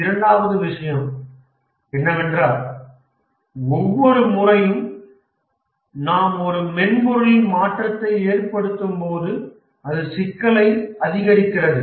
இரண்டாவது விஷயம் என்னவென்றால் ஒவ்வொரு முறையும் நாம் ஒரு மென்பொருளில் மாற்றத்தை ஏற்படுத்தும்போது அது சிக்கலை அதிகரிக்கிறது